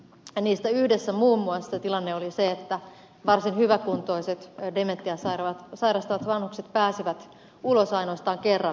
niistä yhdessä muun muassa tilanne oli se että varsin hyväkuntoiset dementiaa sairastavat vanhukset pääsevät ulos ainoastaan kerran viikossa